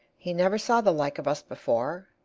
he never saw the like of us before,